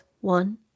One